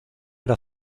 era